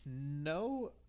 no